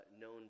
known